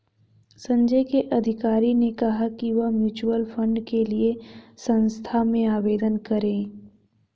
संजय के अधिकारी ने कहा कि वह म्यूच्यूअल फंड के लिए संस्था में आवेदन करें